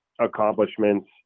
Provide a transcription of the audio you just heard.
accomplishments